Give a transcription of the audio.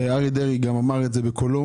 אריה דרעי גם אמר את זה בקולו